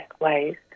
ways